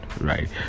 right